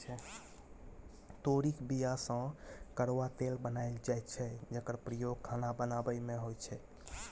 तोरीक बीया सँ करुआ तेल बनाएल जाइ छै जकर प्रयोग खाना बनाबै मे होइ छै